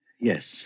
Yes